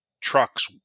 trucks